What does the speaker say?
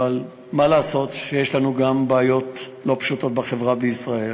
אבל מה לעשות שיש לנו גם בעיות לא פשוטות בחברה בישראל,